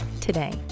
today